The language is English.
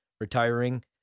retiring